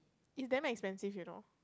it's damn expensive you know